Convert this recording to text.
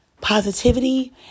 positivity